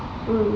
hmm